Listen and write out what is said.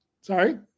Sorry